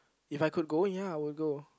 if I could go ya I will go